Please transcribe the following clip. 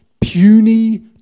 puny